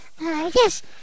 yes